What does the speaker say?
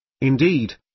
Indeed